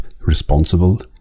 responsible